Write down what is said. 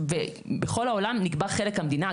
בכל העולם נקבע חלק המדינה,